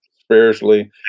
spiritually